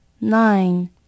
Nine